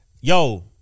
Yo